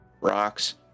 rocks